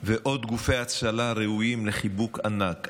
ועוד גופי הצלה ראויים לחיבוק ענק,